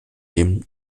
dem